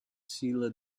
shiela